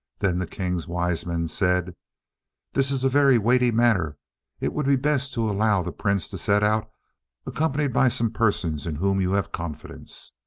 then the king's wise men said this is a very weighty matter it would be best to allow the prince to set out accompanied by some persons in whom you have confidence.